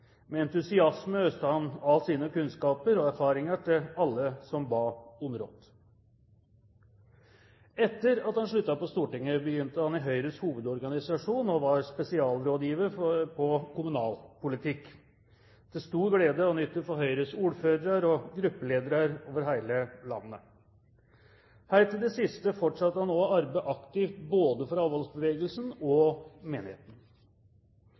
Med entusiasme øste han av sine kunnskaper og erfaringer til alle som ba om råd. Etter at han sluttet på Stortinget, begynte han i Høyres Hovedorganisasjon og var spesialrådgiver på kommunalpolitikk – til stor glede og nytte for Høyres ordførere og gruppeledere over hele landet. Helt til det siste fortsatte han også å arbeide aktivt både for avholdsbevegelsen og menigheten.